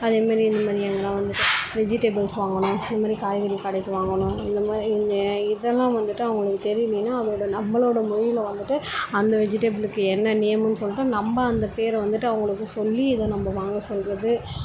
அதேமாதிரி இந்தமாதிரி எங்களை வந்துட்டு விஜிடபிள்ஸ் வாங்கணும் இந்தமாரி காய்கறி கடைக்கு வாங்கணும் இந்த மாதிரி இங்கே இதெல்லாம் வந்துட்டு அவங்களுக்கு தெரியலேன்னா அதோடய நம்மளோட மொழில வந்துட்டு அந்த வெஜிடபிளுக்கு என்ன நேமுன்னு சொல்லிட்டு நம்ம அந்த பேரை வந்துட்டு அவங்களுக்கு சொல்லி இதை நம்ம வாங்க சொல்கிறது